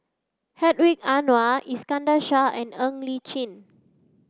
Hedwig Anuar Iskandar Shah and Ng Li Chin